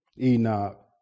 Enoch